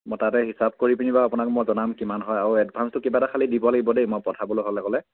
মই তাতে হিচাপ কৰি পিনি বাৰু আপোনাক মই জনাম কিমান হয় আৰু এডভাঞ্চটো কিবা এটা খালী দিব লাগিব দেই মই পঠাবলৈ হ'লে হ'লে